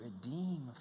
redeem